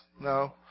No